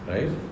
Right